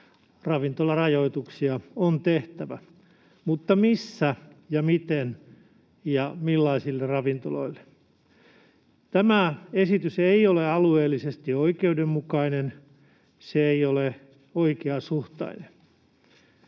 ravintolarajoituksia on tehtävä. Mutta missä ja miten ja millaisille ravintoloille? Tämä esitys ei ole alueellisesti oikeudenmukainen. Se ei ole oikeasuhtainen.